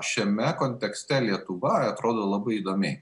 šiame kontekste lietuva atrodo labai įdomiai